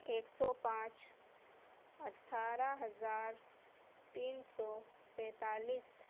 ایک سو پانچ اٹھارہ ہزار تین سو پینتالیس